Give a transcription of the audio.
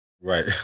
Right